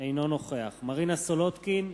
אינו נוכח מרינה סולודקין,